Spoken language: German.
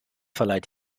verleiht